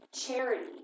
charity